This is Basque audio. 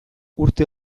urte